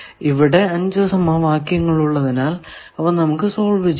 ഇവിടെ 5 സമവാക്യങ്ങൾ ഉള്ളതിനാൽ അവ നമുക്ക് സോൾവ് ചെയ്യാം